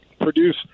produce